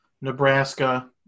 Nebraska